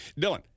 Dylan